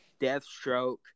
Deathstroke